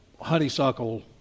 honeysuckle